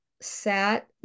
sat